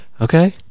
okay